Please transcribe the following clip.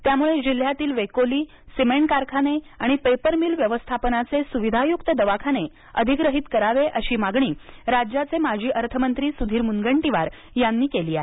त्यामुळे जिल्ह्यातील वेकोली सिमेंट कारखाने आणि पेपरमिल व्यवस्थापनाचे सुविध्युक्त दवाखाने अधिग्रहित करावे अशी मागणी राज्याचे माजी अर्थमंत्री सुधीर मूनगंटीवार यांनी केली आहे